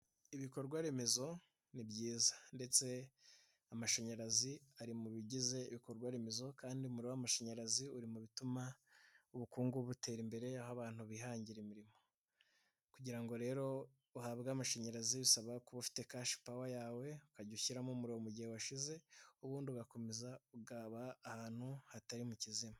Ibikorwa remezo ni byiza ndetse amashanyarazi ari mu bigize ibikorwa remezo kandi umuriro w'amashanyarazi uri mu bituma ubukungu butera imbere aho abantu bihangira imirimo, kugira ngo rero uhabwe amashanyarazi bisaba kuba ufite kashipawa yawe ukajya ushyiramo umuriro mugihe washize ubundi ugakomeza ukaba ahantu hatari mu kizima.